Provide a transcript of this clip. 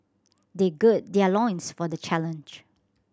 they gird their loins for the challenge